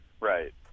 right